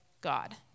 God